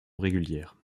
régulière